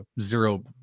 zero